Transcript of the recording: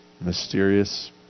mysterious